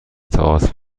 تئاتر